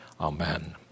Amen